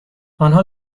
آنها